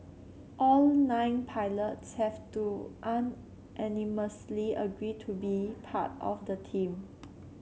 all nine pilots have to unanimously agree to be part of the team